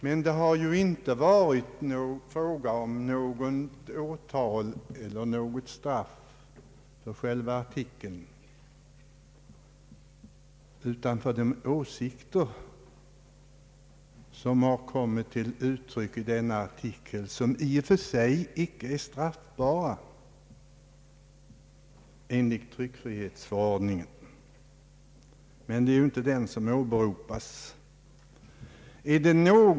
Det har emellertid inte varit fråga om något åtal eller straff för själva artikeln utan för de åsikter som kommit till uttryck i denna — de är i och för icke straffbara enligt tryckfrihetsförordningen, men det är ju inte den som åberopats.